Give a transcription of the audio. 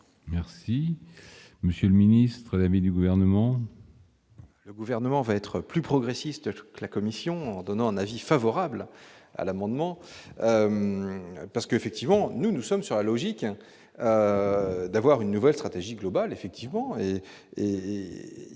Merci monsieur le ministre, amis du gouvernement.